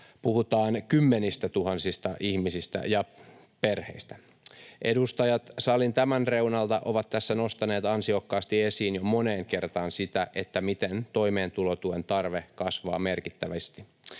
Puhutaan kymmenistätuhansista ihmisistä ja perheistä. Edustajat salin tällä reunalla ovat tässä nostaneet ansiokkaasti esiin moneen kertaan sitä, miten toimeentulotuen tarve kasvaa merkittävästi.